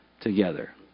together